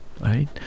right